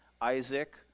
Isaac